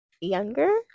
younger